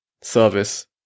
service